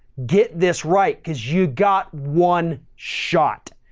get this right cause you got one shot